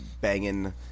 banging